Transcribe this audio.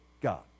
God